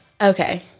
Okay